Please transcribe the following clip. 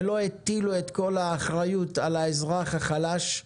ולא הטילו את כל האחריות על האזרח החלש,